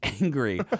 angry